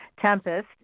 Tempest